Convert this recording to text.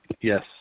Yes